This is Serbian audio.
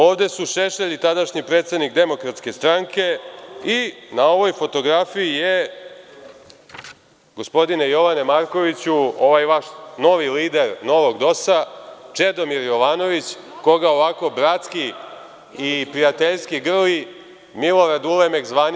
Ovde su Šešelj i tadašnji predsednik DS, i na ovoj fotografiji je, gospodine Jovane Markoviću, ovaj vaš novi lider, novog DOS-a Čedomir Jovanović, koga ovako bratski i prijateljski grli Milorad Ulemek, zvani